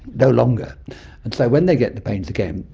no longer. and so when they get the pains again,